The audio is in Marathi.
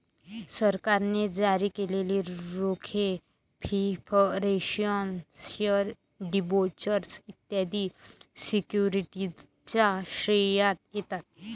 सरकारने जारी केलेले रोखे प्रिफरेंशियल शेअर डिबेंचर्स इत्यादी सिक्युरिटीजच्या श्रेणीत येतात